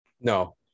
No